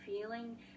feeling